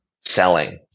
selling